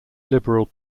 liberal